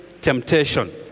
temptation